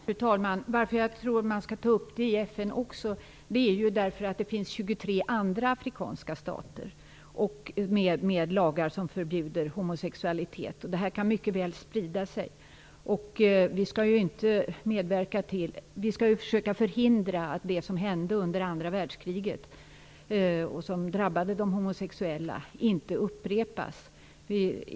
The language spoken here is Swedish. Fru talman! Anledningen till att jag tror att man skall ta upp frågan i FN också är att det finns 23 andra afrikanska stater med lagar som förbjuder homosexualitet. Det här kan mycket väl sprida sig. Vi skall försöka förhindra att det som hände under andra världskriget och som drabbade de homosexuella upprepas.